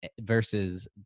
versus